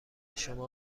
شما